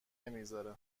نمیذاره